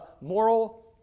moral